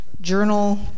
journal